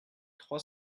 trois